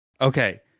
Okay